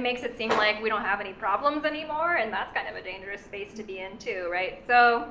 makes it seem like we don't have any problems anymore, and that's kind of a dangerous space to be in too, right? so